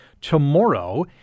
tomorrow